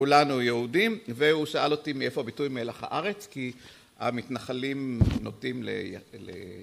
כולנו יהודים, והוא שאל אותי מאיפה הביטוי מלח הארץ, כי המתנחלים נוטים ל...